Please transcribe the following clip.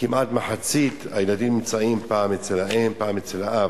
כמעט מחצית הילדים נמצאים פעם אצל האם ופעם אצל האב.